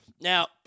Now